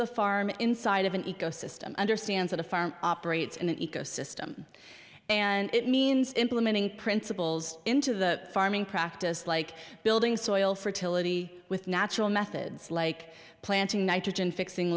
the farm inside of an ecosystem understand that a farm operates in an ecosystem and it means implementing principles into the farming practice like building soil fertility with natural methods like planting nitrogen fixing